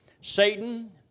Satan